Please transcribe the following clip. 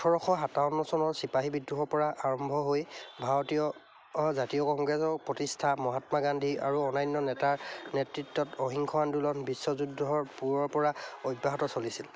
ওঠৰশ সাতাৱন্ন চনৰ চিপাহী বিদ্ৰোহৰ পৰা আৰম্ভ হৈ ভাৰতীয় জাতীয় কংগ্ৰেছৰ প্ৰতিষ্ঠা মহাত্মা গান্ধী আৰু অন্য়ান্য নেতাৰ নেতৃত্বত অহিংস আন্দোলন বিশ্বযুদ্ধৰ পূৰ্বৰ পৰা অব্যাহত চলিছিল